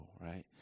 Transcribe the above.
right